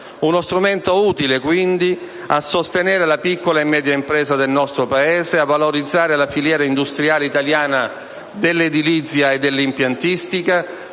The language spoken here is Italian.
Uno strumento utile, ancora, a sostenere la piccola e media impresa del nostro Paese, a valorizzare la filiera industriale italiana dell'edilizia e dell'impiantistica,